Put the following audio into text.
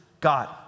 God